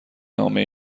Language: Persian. نامه